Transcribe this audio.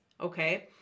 Okay